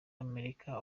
amerika